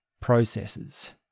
processes